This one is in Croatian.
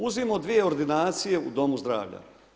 Uzmimo dvije ordinacije u domu zdravlja.